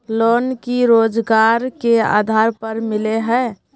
Loan की रोजगार के आधार पर मिले है?